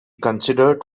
considered